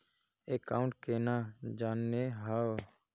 Account केना जाननेहव?